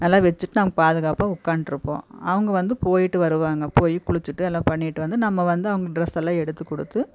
நல்லா வச்சிட்டு நாங்கள் பாதுகாப்பாக உட்காந்ட்டு இருப்போம் அவங்க வந்து போயிவிட்டு வருவாங்க போய் குளிச்சிவிட்டு எல்லா பண்ணிவிட்டு நம்ம வந்து அவங்க டிரெஸ்செல்லாம் எடுத்து கொடுத்து